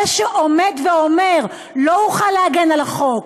זה שעומד ואומר: לא אוכל להגן על החוק,